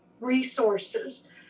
Resources